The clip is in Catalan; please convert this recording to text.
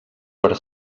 per